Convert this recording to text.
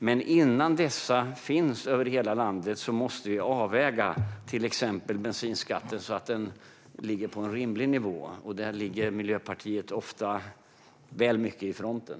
Men innan dessa finns över hela landet måste vi avväga till exempel bensinskatten så att den ligger på en rimlig nivå. Där ligger Miljöpartiet ofta väl mycket i fronten.